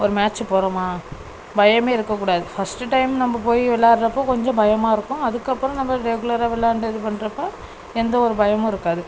ஒரு மேட்சு போகிறோம்மா பயமே இருக்கக்கூடாது ஃபஸ்ட்டு டைம் நம்ப போய் விளையாட்றப்ப கொஞ்சம் பயமாக இருக்கும் அதுக்கப்புறம் நம்ப ரெகுலராக விளையாண்டு இது பண்றப்போ எந்தவொரு பயமும் இருக்காது